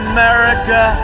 America